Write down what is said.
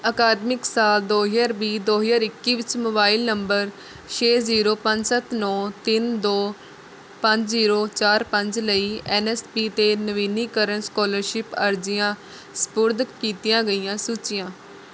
ਅਕਾਦਮਿਕ ਸਾਲ ਦੋ ਹਜ਼ਾਰ ਵੀਹ ਦੋ ਹਜ਼ਾਰ ਇੱਕੀ ਵਿੱਚ ਮੋਬਾਈਲ ਨੰਬਰ ਛੇ ਜ਼ੀਰੋ ਪੰਜ ਸੱਤ ਨੌਂ ਤਿੰਨ ਦੋ ਪੰਜ ਜ਼ੀਰੋ ਚਾਰ ਪੰਜ ਲਈ ਐੱਨ ਐੱਸ ਪੀ 'ਤੇ ਨਵੀਨੀਕਰਨ ਸਕੋਲਰਸ਼ਿਪ ਅਰਜ਼ੀਆਂ ਸਪੁਰਦ ਕੀਤੀਆਂ ਗਈਆਂ ਸੂਚੀਆਂ